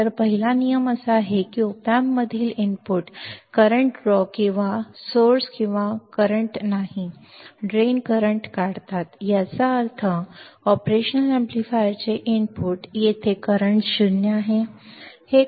तर पहिला नियम असा आहे की op amp मधील इनपुट्स वर्तमान ड्रॉ किंवा स्त्रोत किंवा वर्तमान नाही ड्रेन नाही करंट काढतात याचा अर्थ ऑपरेशनल अॅम्प्लीफायरचे इनपुट येथे वर्तमान 0 आहे